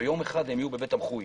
ויום אחד יהיו בבית תמחוי,